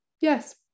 yes